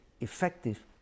effective